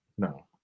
No